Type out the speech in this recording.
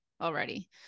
already